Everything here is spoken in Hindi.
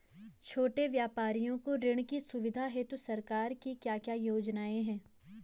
छोटे व्यापारियों को ऋण की सुविधा हेतु सरकार की क्या क्या योजनाएँ हैं?